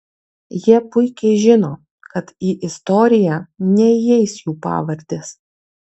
jie puikiai žino kad į istoriją neįeis jų pavardės